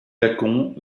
gacon